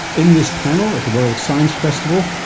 in this panel at the world science festival,